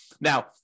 Now